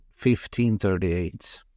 1538